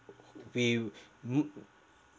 we m~